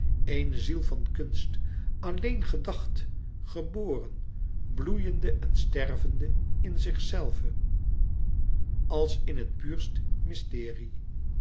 ziel van kunst alleen gedacht geboren bloeiende en stervende in zichzelve als in het puurst mysterie